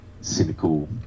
cynical